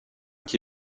qui